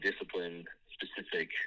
discipline-specific